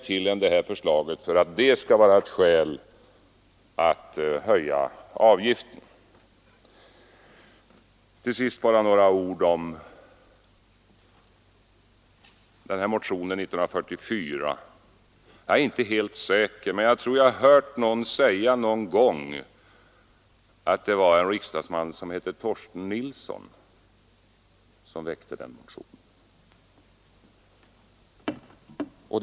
Till sist bara några ord om motionen från 1944. Jag är inte helt säker, men jag tror att jag har hört någon säga någon gång att det var en riksdagsman som hette Torsten Nilsson som väckte den motionen.